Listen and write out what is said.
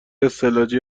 استعلاجی